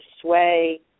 sway